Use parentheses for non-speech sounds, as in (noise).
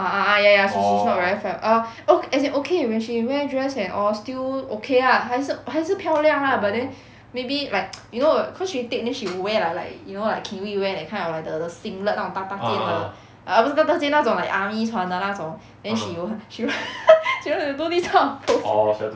ah ah ah ya ya she's she's not very fem~ err o~ as in okay when she wear dress and all still okay lah 还是还是漂亮 lah but then maybe like (noise) you know cause she take then she will wear lah like you know like kiwi wear that kind of like the the singlet 那种大大件的 err 不是大大件那种 like army 穿的那种 then she will she will (laughs) she like to do this kind of pose